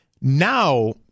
now